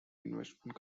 investment